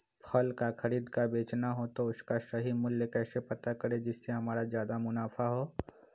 फल का खरीद का बेचना हो तो उसका सही मूल्य कैसे पता करें जिससे हमारा ज्याद मुनाफा हो?